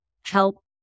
help